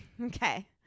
okay